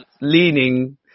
leaning